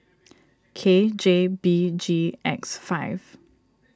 K J B G X five